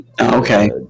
okay